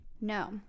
No